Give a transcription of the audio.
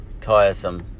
tiresome